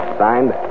signed